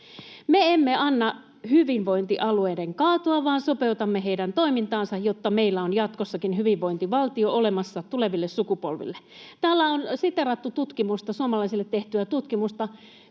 Me emme anna hyvinvointialueiden kaatua, vaan sopeutamme heidän toimintaansa, jotta meillä on jatkossakin hyvinvointivaltio olemassa tuleville sukupolville. Täällä on siteerattu suomalaisille tehtyä tutkimusta,